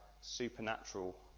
supernatural